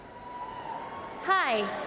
Hi